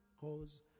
Cause